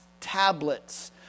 tablets